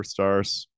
superstars